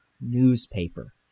Newspaper